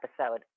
episode